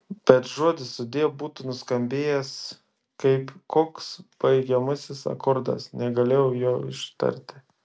bet žodis sudie būtų nuskambėjęs kaip koks baigiamasis akordas negalėjau jo ištarti